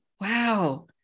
wow